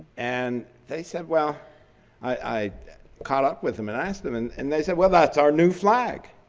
and they said, well i caught up with them and asked them and and they said, well that's our new flag.